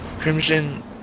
Crimson